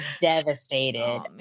devastated